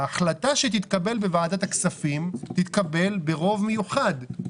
ההחלטה שתתקבל בוועדת הכספים תתקבל ברוב מיוחד,